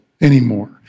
anymore